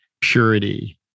purity